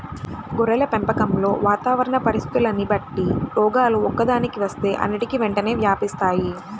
గొర్రెల పెంపకంలో వాతావరణ పరిస్థితులని బట్టి రోగాలు ఒక్కదానికి వస్తే అన్నిటికీ వెంటనే వ్యాపిస్తాయి